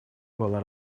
была